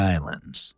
Islands